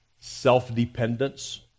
self-dependence